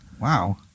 Wow